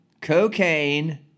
cocaine